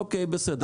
אוקי, בסדר.